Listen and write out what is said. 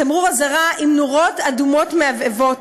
תמרור אזהרה עם נורות אדומות מהבהבות.